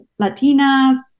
Latinas